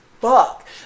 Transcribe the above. fuck